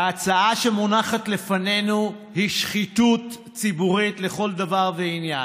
ההצעה שמונחת לפנינו היא שחיתות ציבורית לכל דבר ועניין,